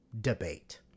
debate